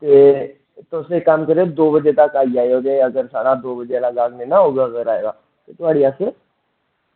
ते तुस इक्क कम्म करेओ तुस दो बजे तक्क आई जायो ते जेकर साढ़ा दौ बजे दा गाहक नना होग आया ते थुआढ़ी अस